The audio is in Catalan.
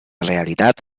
realitat